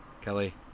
Kelly